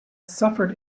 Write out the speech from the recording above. suffered